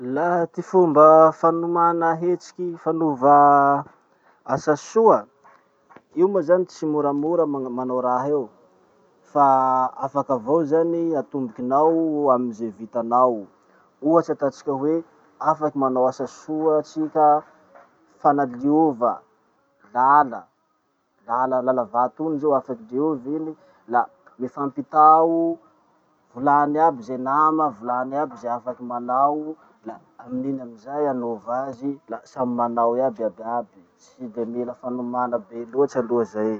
Laha ty fomba fanomana hetsiky fanova asa soa. Io moa zany tsy moramora magn- manao raha io fa afaky avao zany atombokinao amy ze vitanao. Ohatsy ataotsika hoe: afaky manao asa soa tsika, fanaliova, lala, lala- lalavato iny zao afaky diovy iny la mifampitao, volany aby ze nama, volany aby ze afaky manao, la amininy amizay anova azy, la samy manao iaby iaby iaby. Tsy de mila fanomana be loatsy aloha zay.